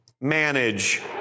manage